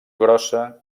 grossa